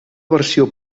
versió